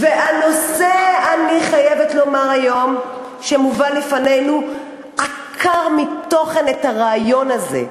ואני חייבת לומר היום שהנושא שמובא לפנינו עקר מתוכן את הרעיון הזה,